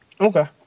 Okay